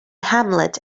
hamlet